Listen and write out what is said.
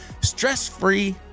stress-free